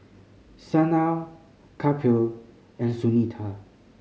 Sanal Kapil and Sunita